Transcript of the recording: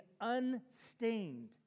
unstained